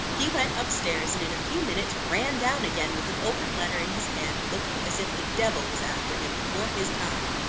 he went up-stairs, and in a few minutes ran down again, with an open letter in his hand, looking as if the devil was after him before his time.